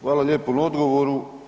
Hvala lijepo na odgovoru.